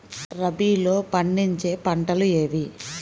రబీలో పండించే పంటలు ఏవి?